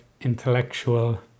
intellectual